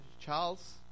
Charles